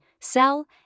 sell